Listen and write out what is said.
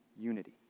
unity